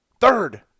Third